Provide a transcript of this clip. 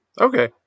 Okay